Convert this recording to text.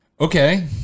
Okay